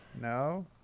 No